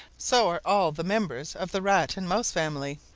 so are all the members of the rat and mouse family,